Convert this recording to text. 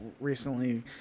recently